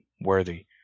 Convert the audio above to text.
worthy